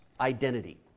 identity